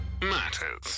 matters